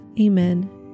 Amen